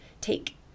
take